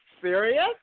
serious